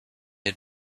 had